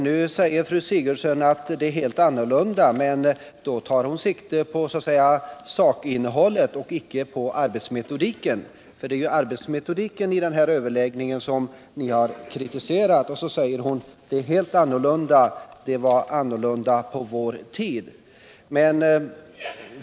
Nu sade fru Sigurdsen att det var helt annorlunda under den socialdemokratiska regeringens tid, men då tar hon sikte på sakinnehållet och icke på arbetsmetodiken. Men det är ju arbetsmetodiken ni har kritiserat under överläggningen.